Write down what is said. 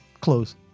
close